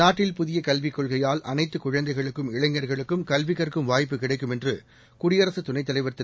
நாட்டில் புதியகல்விக் கொள்கையால் அனைத்துகுழந்தைகளுக்கும் இளைஞர்களுக்கும் கல்விகற்கும் வாய்ப்பு கிடைக்கும் என்றுகுடியரசுத் துணைத் தலைவர் திரு